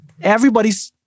everybody's